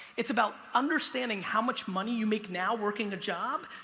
it's about understanding how much money you make now working a job,